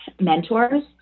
mentors